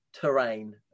terrain